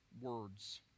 words